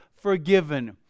forgiven